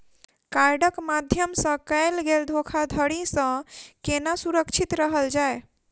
कार्डक माध्यम सँ कैल गेल धोखाधड़ी सँ केना सुरक्षित रहल जाए?